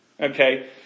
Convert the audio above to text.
Okay